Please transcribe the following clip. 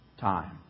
time